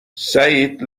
سعید